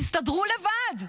תסתדרו לבד.